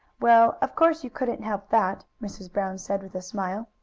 well, of course you couldn't help that, mrs. brown said with a smile.